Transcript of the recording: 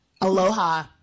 aloha